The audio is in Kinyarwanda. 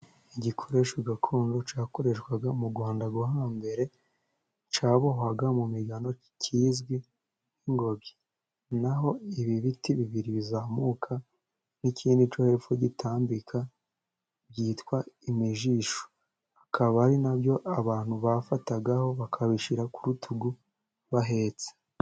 Igikoresho gakondo cyakoreshwaga mu Rwanda rwo hambere, cyabohwaga mu migano kizwi nk'ingobyi naho ibi biti bibiri bizamuka n'ikindi cyo hepfo gitambika byitwa imijisho akaba ari nabyo abantu bafatagaho bakabishyira ku rutugu bahetse.